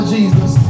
Jesus